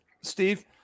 Steve